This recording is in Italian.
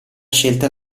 scelta